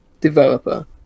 developer